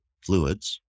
fluids